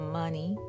money